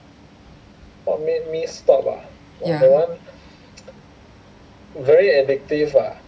ya